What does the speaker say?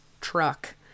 truck